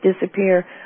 disappear